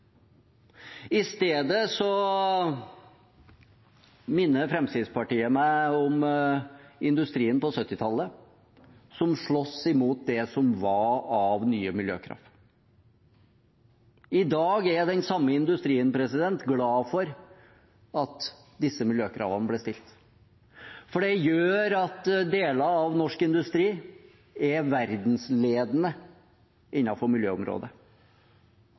som sloss mot det som var av nye miljøkrav. I dag er den samme industrien glad for at disse miljøkravene ble stilt, for det gjør at deler av norsk industri er verdensledende innenfor miljøområdet